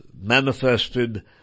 manifested